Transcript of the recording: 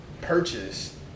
purchase